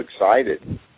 excited